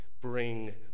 bring